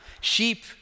Sheep